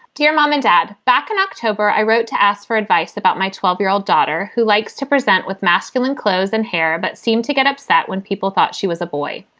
dear mom and dad, back in october, i wrote to ask for advice about my twelve year old daughter who likes to present with masculine clothes and hair, but seem to get upset when people thought she was a boy.